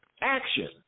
action